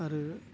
आरो